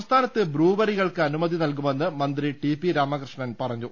സംസ്ഥാനത്ത് ബ്രൂവറികൾക്ക് അനുമതി നൽകുമെന്ന് മന്ത്രി ടി പി രാമകൃഷ്ണൻ പറഞ്ഞു